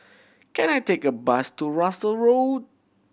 can I take a bus to Russel Road